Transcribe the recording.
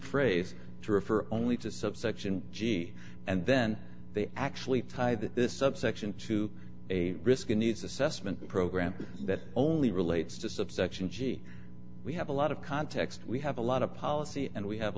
phrase to refer only to subsection g and then they actually tie that this subsection to a risk needs assessment program that only relates to subsection g we have a lot of context we have a lot of policy and we have a